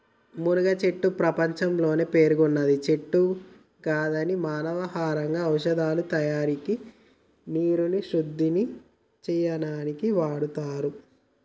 మునగచెట్టు ప్రపంచంలోనే పేరొందిన చెట్టు గిదాన్ని మానవ ఆహారంగా ఔషదాల తయారికి నీరుని శుద్ది చేయనీకి వాడుతుర్రు